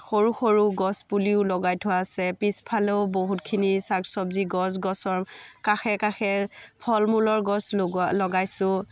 সৰু সৰু গছ পুলিও লগাই থোৱা আছে পিছফালেও বহুতখিনি শাক চব্জি গছ গছৰ কাষে কাষে ফল মূলৰ গছ লগোৱা লগাইছোঁ